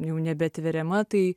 jau nebetveriama tai